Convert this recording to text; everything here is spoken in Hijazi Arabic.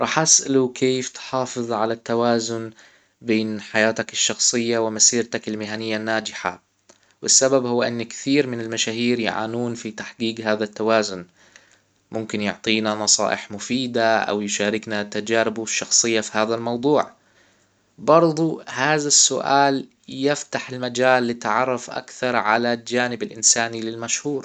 راح اسأله كيف تحافظ على التوازن بين حياتك الشخصية ومسيرتك المهنية الناجحة السبب هو ان كثير من المشاهير يعانون في تحقيق هذا التوازن ممكن يعطينا نصائح مفيدة او يشاركنا تجاربه الشخصية في هذا الموضوع برضه هذا السؤال يفتح المجال لتعرف اكثر على جانب الانساني للمشهور